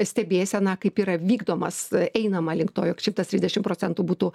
stebėseną kaip yra vykdomas einama link to jog šimtas trisdešimt procentų būtų